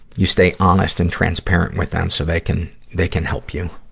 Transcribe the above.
you stay honest and transparent with them so they can, they can help you.